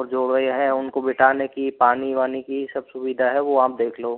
और जो भी हैं उनको बिठाने की पानी वानी की सब सुविधा है वह आप देख लो